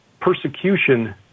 persecution